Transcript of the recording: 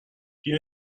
بیا